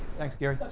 thanks gary.